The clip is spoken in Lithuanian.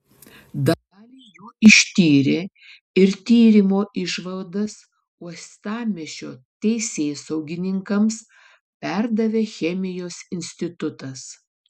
dalį jų ištyrė ir tyrimo išvadas uostamiesčio teisėsaugininkams perdavė chemijos institutas